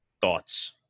Thoughts